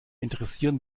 interessieren